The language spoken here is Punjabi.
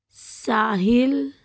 ਸਾਹਿਲ